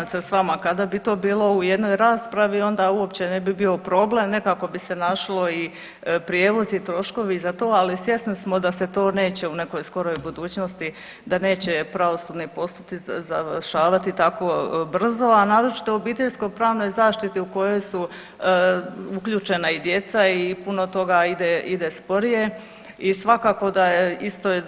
Da, slažem se s vama, kada bi to bilo u jednoj raspravi onda uopće ne bi bio problem, nekako bi se našlo i prijevoz i troškovi za to, ali svjesni smo da se to neće u nekoj skoroj budućnosti, da neće pravosudni postupci završavati tako brzo, a naročito u obiteljsko pravnoj zaštiti u kojoj su uključena i djeca i puno toga ide, ide sporije i svakako da je isto je,